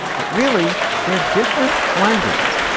but really they're different languages.